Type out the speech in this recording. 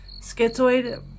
schizoid-